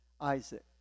Isaac